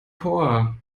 chor